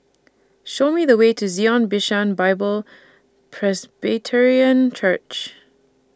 Show Me The Way to Zion Bishan Bible Presbyterian Church